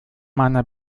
meiner